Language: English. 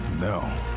No